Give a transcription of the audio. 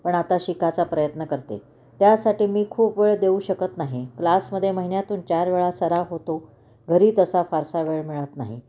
पण आता शिकायचा प्रयत्न करते त्यासाठी मी खूप वेळ देऊ शकत नाही क्लासमध्ये महिन्यातून चार वेळा सराव होतो घरी तसा फारसा वेळ मिळत नाही